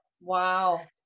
Wow